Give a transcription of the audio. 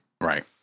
Right